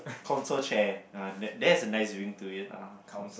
council chair ah that has a nice ring to it lah